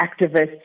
activists